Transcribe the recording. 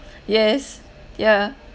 yes yeah